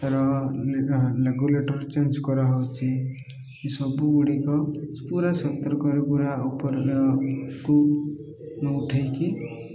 ତାର regulator change କରାହଉଛି ଏ ସବୁଗୁଡ଼ିକ ପୁରା ସତର୍କରେ ପୁରା ଉପର କୁ ଉଠେଇକି